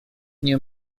nie